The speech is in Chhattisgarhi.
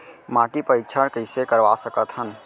माटी परीक्षण कइसे करवा सकत हन?